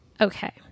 okay